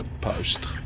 post